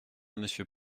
monsieur